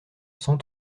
cent